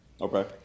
Okay